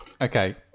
okay